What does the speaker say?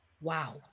Wow